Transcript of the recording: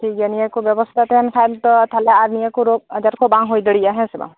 ᱴᱷᱤᱠ ᱜᱮᱭᱟ ᱱᱤᱭᱟᱹ ᱠᱚ ᱵᱮᱵᱚᱥᱛᱷᱟ ᱛᱟᱸᱦᱮᱱ ᱠᱷᱟᱱ ᱢᱟᱛᱚ ᱛᱟᱦᱚᱞᱮ ᱟᱨ ᱱᱤᱭᱟᱹ ᱠᱚ ᱨᱳᱜ ᱟᱡᱟᱨ ᱠᱚ ᱵᱟᱝ ᱦᱩᱭ ᱫᱟᱲᱮᱭᱟᱜᱼᱟ ᱦᱮᱸ ᱥᱮ ᱵᱟᱝ